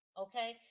Okay